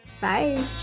Bye